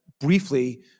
briefly